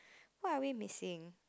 what are we missing